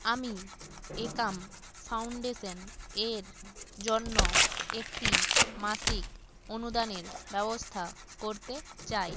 আমি একম ফাউন্ডেশান এর জন্য একটি মাসিক অনুদানের ব্যবস্থা করতে চাই